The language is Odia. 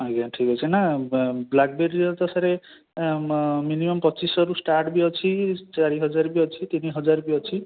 ଆଜ୍ଞା ଠିକ୍ଅଛି ନା ବ୍ଲାକ୍ବେରୀର ତ ସାର୍ ମିନିମମ୍ ପଚିଶ ଶହରୁ ଷ୍ଟାର୍ଟ ବି ଅଛି ଚାରି ହଜାର ବି ଅଛି ତିନି ହଜାର ବି ଅଛି